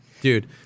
Dude